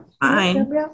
Fine